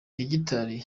hegitari